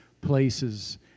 places